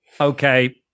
okay